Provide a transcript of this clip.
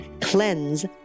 CLEANSE